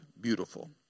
Beautiful